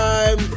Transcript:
Time